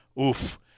oof